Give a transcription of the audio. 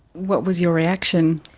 what was your reaction?